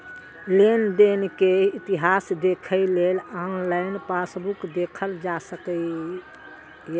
लेनदेन के इतिहास देखै लेल ऑनलाइन पासबुक देखल जा सकैए